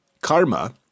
karma